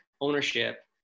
ownership